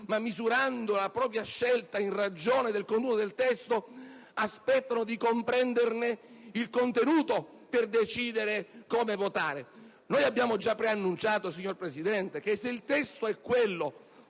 ma misurando la propria scelta in ragione del testo presentato, aspettano di comprenderne il contenuto per decidere come votare? Abbiamo già preannunciato, signor Presidente, che se il testo sarà quello